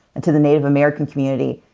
and to the native american community,